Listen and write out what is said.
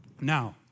Now